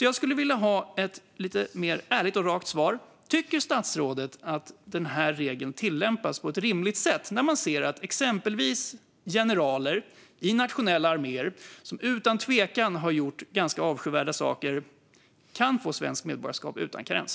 Jag skulle vilja ha ett lite mer ärligt och rakt svar: Tycker statsrådet att regeln tillämpas på ett rimligt sätt, när man ser att exempelvis generaler i nationella arméer som utan tvekan har gjort ganska avskyvärda saker kan få svenskt medborgarskap utan karens?